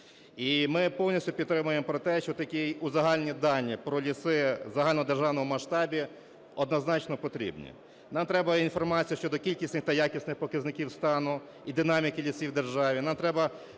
ми повністю підтримуємо про те, що такі узагальнені дані про ліси в загальнодержавному масштабі однозначно потрібні. Нам треба інформація щодо кількісних та якісних показників стану і динаміки лісів в державі.